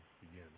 begins